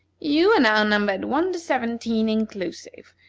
you are now numbered one to seventeen inclusive,